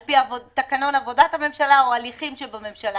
על פי תקנון עבודת הממשלה או הליכים בממשלה.